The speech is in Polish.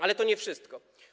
Ale to nie wszystko.